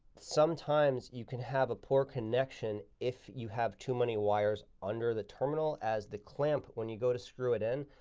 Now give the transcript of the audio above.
sometimes you can have a poor connection if you have too many wires under the terminal as the clamp when you go to screw it in,